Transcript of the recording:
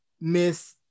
Miss